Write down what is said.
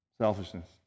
Selfishness